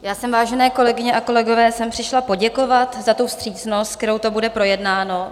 Já jsem, vážené kolegyně a kolegové, sem přišla poděkovat za tu vstřícnost, se kterou to bude projednáno.